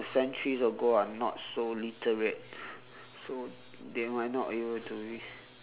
centuries ago are not so literate so they might not able to use